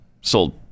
sold